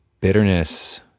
bitterness